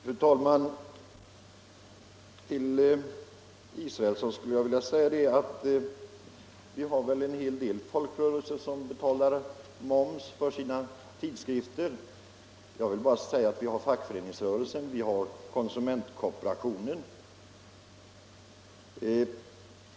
Fru talman! Till herr Israelsson skulle jag vilja säga att det väl finns en hel del folkrörelser som betalar moms för sina tidskrifter. Jag kan nämna fackföreningsrörelsen och konsumentkooperationen.